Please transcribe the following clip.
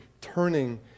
turning